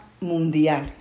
mundial